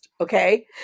Okay